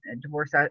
divorce